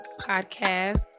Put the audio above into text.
podcast